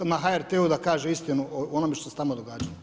na HRT-u da kaže istinu o onome što se tamo događalo.